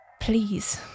Please